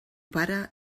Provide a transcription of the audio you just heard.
pare